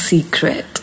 Secret